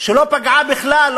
שלא פגעה בכלל,